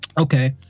Okay